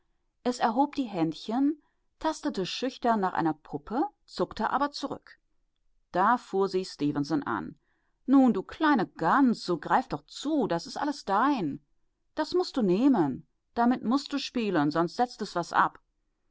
die händchen tastete schüchtern nach einer puppe zuckte aber zurück da fuhr sie stefenson an nun du kleine gans so greif doch zu das ist alles dein das mußt du nehmen damit mußt du spielen sonst setzt es was ab